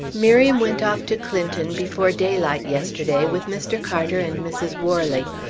miriam went off to clinton before daylight yesterday, with mr. carter and mrs. worley.